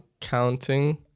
counting